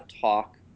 talk